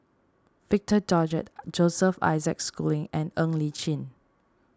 Victor Doggett Joseph Isaac Schooling and Ng Li Chin